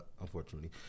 unfortunately